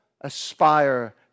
aspire